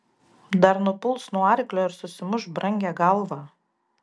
dar nupuls nuo arklio ir susimuš brangią galvą